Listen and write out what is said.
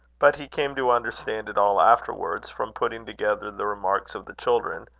but he came to understand it all afterwards, from putting together the remarks of the children,